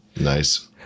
Nice